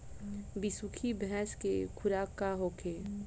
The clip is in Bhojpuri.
बिसुखी भैंस के खुराक का होखे?